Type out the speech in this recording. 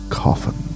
coffin